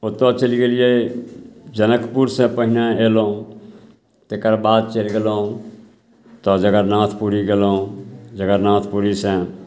ओतऽ चलि गेलिए जनकपुर से पहिने अएलहुँ तकर बाद चलि गेलहुँ तऽ जगरनाथपुरी गेलहुँ जगरनाथपुरी से